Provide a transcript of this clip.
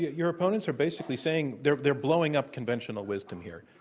your opponents are basically saying they're they're blowing up conventional wisdom here